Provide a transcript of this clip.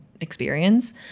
experience